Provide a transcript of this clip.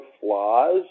flaws